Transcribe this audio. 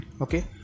okay